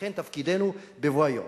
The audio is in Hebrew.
ולכן תפקידנו בבוא היום,